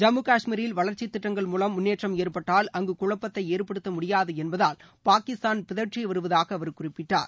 ஜம்மு காஷ்மீரில் வளர்ச்சித்திட்டங்கள் மூலம் முன்னேற்றம் ஏற்பட்டால் அங்கு குழப்பத்தை ஏற்படுத்த முடியாது என்பதால் பாகிஸ்தான் பிதற்றிவருவதாக அவர் குறிப்பிட்டார்